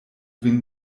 vin